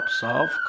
solve